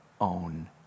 own